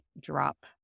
drop